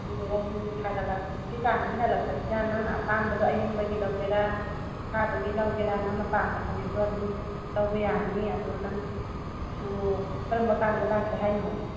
ꯑꯗꯨꯗꯨꯒ ꯁꯨꯝ ꯁꯥꯒꯠꯂꯛꯄꯒꯤ ꯆꯥꯡꯁꯦ ꯍꯦꯜꯂꯛꯄꯅꯤꯅ ꯅꯪꯅ ꯑꯄꯥꯝꯕꯗꯣ ꯑꯌꯤꯡꯕꯒꯤ ꯂꯧꯒꯦꯔꯥ ꯑꯁꯥꯕꯒꯤ ꯂꯧꯒꯦꯔꯥ ꯅꯪꯅ ꯄꯥꯝꯕ ꯐꯅꯦꯛꯇꯣ ꯑꯗꯨꯝ ꯂꯧꯕ ꯌꯥꯅꯤ ꯑꯗꯣ ꯅꯪ ꯑꯗꯨ ꯀꯔꯝꯕꯀꯥꯟꯗ ꯂꯥꯛꯀꯦ ꯍꯥꯏꯅꯣ